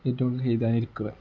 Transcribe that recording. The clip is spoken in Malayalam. എഴുതാൻ ഇരിക്കുക